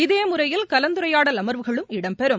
இதே முறையில் கலந்துரையாடல் அம்வுகளும் இடம்பெறம்